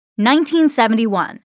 1971